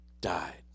died